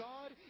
God